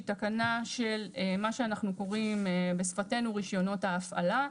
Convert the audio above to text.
שהיא תקנה של מה שאנחנו קוראים בשפתנו רישיונות ההפעלה.